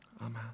amen